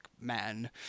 Man